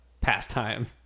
pastime